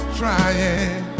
trying